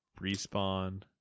Respawn